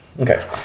Okay